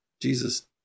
Jesus